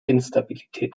instabilität